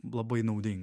labai naudinga